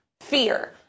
fear